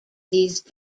these